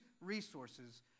resources